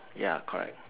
ya correct